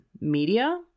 Media